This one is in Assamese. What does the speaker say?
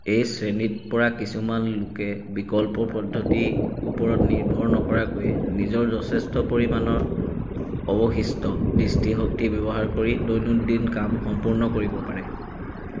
এই শ্ৰেণীত পৰা কিছুমান লোকে বিকল্প পদ্ধতিৰ ওপৰত নিৰ্ভৰ নকৰাকৈয়ে নিজৰ যথেষ্ট পৰিমাণৰ অৱশিষ্ট দৃষ্টিশক্তি ব্যৱহাৰ কৰি দৈনন্দিন কাম সম্পূৰ্ণ কৰিব পাৰে